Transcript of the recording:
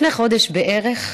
לפני חודש בערך,